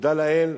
ותודה לאל,